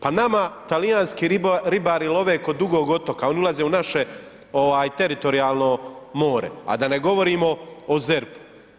Pa nama talijanski ribari love kod Dugog otoka, oni ulaze u naše teritorijalno more a da ne govorimo o ZERP-u.